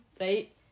right